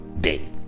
day